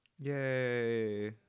Yay